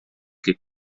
che